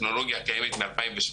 מחזורים,